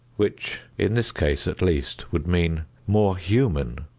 which in this case at least would mean more human!